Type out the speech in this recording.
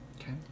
Okay